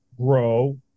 grow